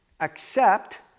Accept